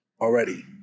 already